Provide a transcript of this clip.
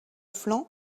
flanc